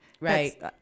Right